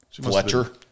Fletcher